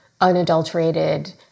unadulterated